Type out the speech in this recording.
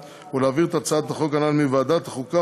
ולהעביר את הצעת החוק הנ"ל מוועדת החוקה,